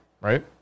Right